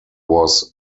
was